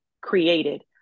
created